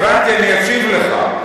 הבנתי, אני אשיב לך.